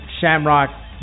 Shamrock